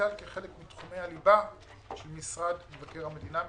כחלק מתחומי הליבה של משרד מבקר המדינה,